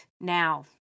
Now